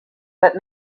but